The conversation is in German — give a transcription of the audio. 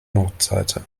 nordseite